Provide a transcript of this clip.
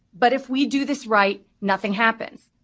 but if we do this right, nothing happens.